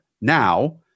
Now